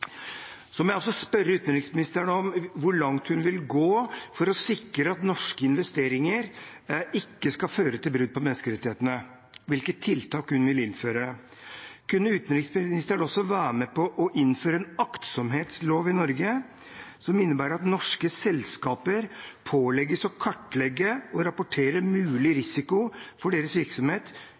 Så må jeg også spørre utenriksministeren om hvor langt hun vil gå for å sikre at norske investeringer ikke skal føre til brudd på menneskerettighetene, hvilke tiltak hun vil innføre. Kunne utenriksministeren også være med på å innføre en aktsomhetslov i Norge, som innebærer at norske selskaper pålegges å kartlegge og rapportere mulig risiko for deres virksomhet